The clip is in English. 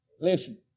Listen